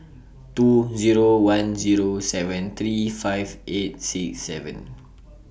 two Zero one Zero seven three five eight six seven